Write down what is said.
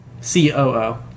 C-O-O